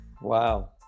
Wow